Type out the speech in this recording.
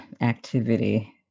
activity